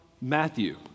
Matthew